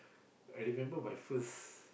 I remember my first